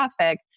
traffic